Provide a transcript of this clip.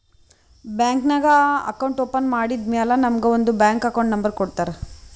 bank ನಾಗ್ account open ಮಾಡದ್ದ್ ಮ್ಯಾಲ ನಮುಗ ಒಂದ್ ಅಕೌಂಟ್ ನಂಬರ್ ಕೊಡ್ತಾರ್